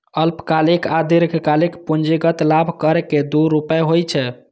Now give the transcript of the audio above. अल्पकालिक आ दीर्घकालिक पूंजीगत लाभ कर के दू रूप होइ छै